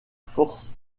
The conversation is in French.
force